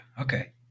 okay